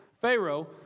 Pharaoh